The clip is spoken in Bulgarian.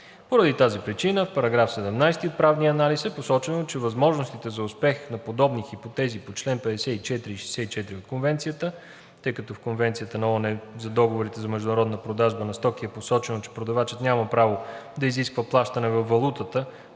Поради тази причина в § 17 от правния анализ е посочено, че „възможностите за успех на подобни хипотези (по чл. 54 и 64 от Конвенцията), тъй като в Конвенцията на ООН за договорите за международна продажба на стоки е посочено, че продавачът няма право да изисква плащане във валутата,